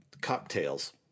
cocktails